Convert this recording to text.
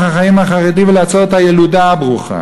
החיים החרדי ולעצור את הילודה הברוכה